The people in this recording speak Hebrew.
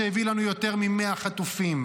שהביא לנו יותר מ-100 חטופים,